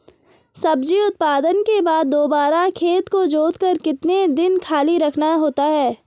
सब्जी उत्पादन के बाद दोबारा खेत को जोतकर कितने दिन खाली रखना होता है?